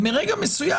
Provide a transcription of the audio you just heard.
ומרגע מסוים,